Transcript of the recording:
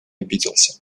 обиделся